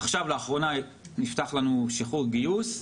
לאחרונה נפתח לנו שחרור גיוס.